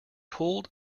pulled